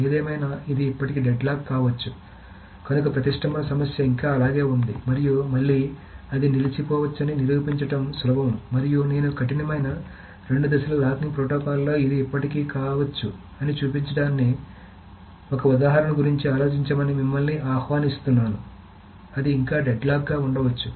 ఏదేమైనా ఇది ఇప్పటికీ డెడ్ లాక్ కావచ్చు కనుక ప్రతిష్టంభన సమస్య ఇంకా అలాగే ఉంది మరియు మళ్లీ అది నిలిచి పోవచ్చని నిరూపించడం సులభం మరియు నేను కఠినమైన రెండు దశల లాకింగ్ ప్రోటోకాల్లో ఇది ఇప్పటికీకావచ్చు అని చూపించడానికి ఒక ఉదాహరణ గురించి ఆలోచించమని మిమ్మల్ని ఆహ్వానిస్తున్నాను అది ఇంకా డెడ్ లాక్ గా ఉండవచ్చు